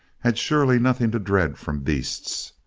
had surely nothing to dread from beasts.